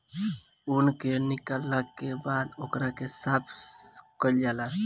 ऊन के निकालला के बाद ओकरा के साफ कईल जाला